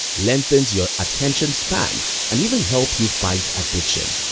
lengthens your attention span and even help you fight addiction.